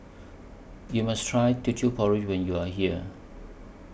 YOU must Try Teochew Porridge when YOU Are here